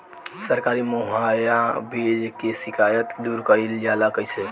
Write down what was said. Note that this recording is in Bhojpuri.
सरकारी मुहैया बीज के शिकायत दूर कईल जाला कईसे?